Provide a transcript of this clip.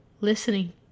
listening